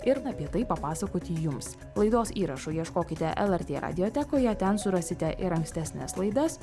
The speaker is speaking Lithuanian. ir apie tai papasakoti jums laidos įrašo ieškokite lrt radiotekoje ten surasite ir ankstesnes laidas